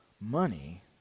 money